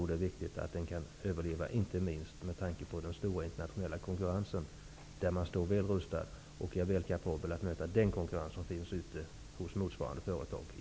Det är viktigt att den kan överleva, inte minst med tanke på den stora internationella konkurrensen så att man står väl rustad och är kapabel att möta den konkurrens som finns hos motsvarande företag i